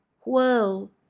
whirl